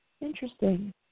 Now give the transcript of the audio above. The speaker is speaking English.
Interesting